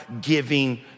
giving